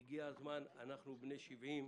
אנחנו בני 70,